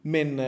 Men